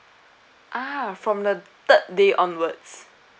ah from the third day onwards